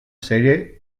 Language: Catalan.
sèrie